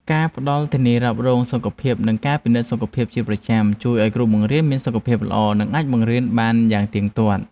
ការផ្តល់ធានារ៉ាប់រងសុខភាពនិងការពិនិត្យសុខភាពជាប្រចាំជួយឱ្យគ្រូបង្រៀនមានសុខភាពល្អនិងអាចបង្រៀនបានយ៉ាងទៀងទាត់។